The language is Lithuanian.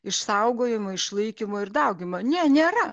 išsaugojimo išlaikymo ir dauginimo ne nėra